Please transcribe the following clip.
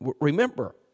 Remember